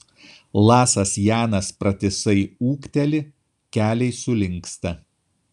lasas janas pratisai ūkteli keliai sulinksta